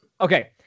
Okay